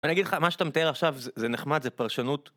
אני אגיד לך, מה שאתה מתאר עכשיו זה נחמד, זה פרשנות